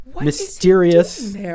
mysterious